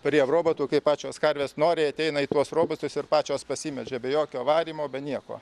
prie robotų kai pačios karvės noriai ateina į tuos robotus ir pačios pasimeldžia be jokio varymo be nieko